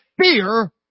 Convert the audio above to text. fear